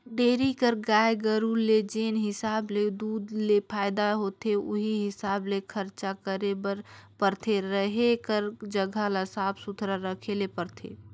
dairy कर गाय गरू ले जेन हिसाब ले दूद ले फायदा होथे उहीं हिसाब ले खरचा करे बर परथे, रहें कर जघा ल साफ सुथरा रखे ले परथे